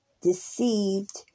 deceived